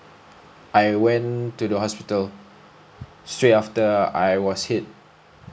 I went to the hospital straight after I was hit